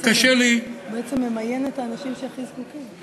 וקשה לי, בעצם, ממיין את האנשים שהכי זקוקים.